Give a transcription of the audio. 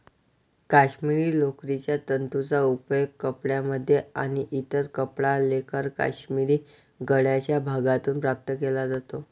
काश्मिरी लोकरीच्या तंतूंचा उपयोग कपड्यांमध्ये आणि इतर कपडा लेख काश्मिरी गळ्याच्या भागातून प्राप्त केला जातो